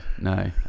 no